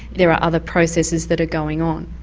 there are other processes that are going on.